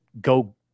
go